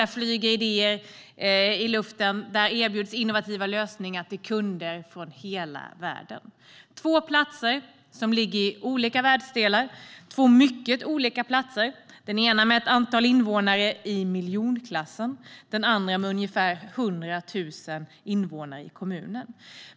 Där flyger idéer i luften. Där erbjuds innovativa lösningar till kunder från hela världen. Det är två platser som ligger i olika världsdelar, och det är två mycket olika platser. Den ena har ett invånarantal i miljonklassen, och den andra har ungefär 100 000 invånare i kommunen.